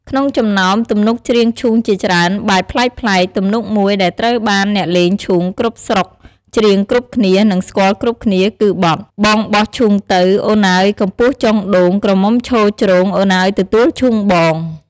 ក្នុងចំណោមទំនុកច្រៀងឈូងជាច្រើនបែបប្លែកៗ ទំនុកមួយដែលត្រូវបានអ្នកលេងឈូងគ្រប់ស្រុកច្រៀងគ្រប់គ្នា និងស្គាល់គ្រប់គ្នា គឺបទ៖ «បងបោះឈូងទៅ អូន អើយ កំពស់ចុងដូង ក្រមុំឈរច្រូង អូនអើយទទួលឈូងបង»។